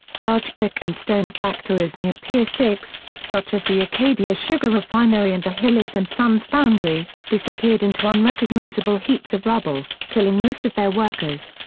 large brick and stone factories near pier six, such as the acadia sugar refinery and the hillis and sons foundry, disappeared into unrecognizable heaps of rubble, killing most of their workers.